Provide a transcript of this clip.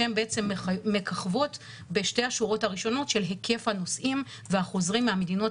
שהן בעצם מככבות בשתי השורות הראשונות של היקף הנוסעים והחוזרים מהמדינות